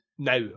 now